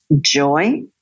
joy